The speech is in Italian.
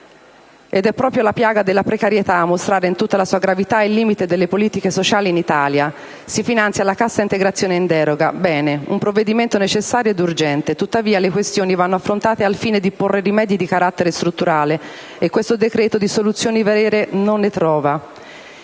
È proprio la piaga della precarietà a mostrare in tutta la sua gravità il limite delle politiche sociali in Italia. Si finanzia la cassa integrazione in deroga: bene, un provvedimento necessario ed urgente; tuttavia, le questioni vanno affrontate al fine di porre rimedi di carattere strutturale e questo decreto di soluzioni vere non ne trova.